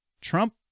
Trump